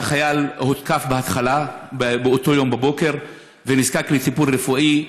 החייל הותקף בהתחלה באותו יום בבוקר ונזקק לטיפול רפואי,